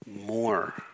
more